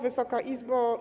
Wysoka Izbo!